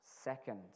second